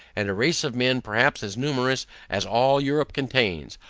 and a race of men, perhaps as numerous as all europe contains,